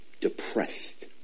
depressed